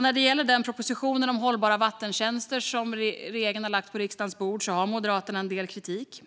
När det gäller den proposition om hållbara vattentjänster som regeringen har lagt på riksdagens bord har Moderaterna en del kritik.